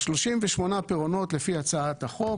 38 הפירעונות פי הצעת החוק,